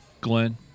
glenn